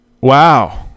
wow